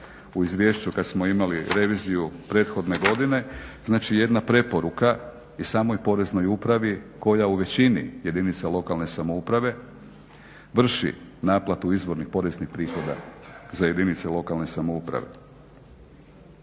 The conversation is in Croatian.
u izvješću kad smo imali reviziju prethodne godine, znači jedna preporuka i samoj poreznoj upravi koja u većini jedinica lokalne samouprave vrši naplatu izvornih poreznih prihoda za jedince lokalne samouprave.